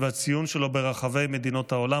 הציון שלו ברחבי מדינות העולם,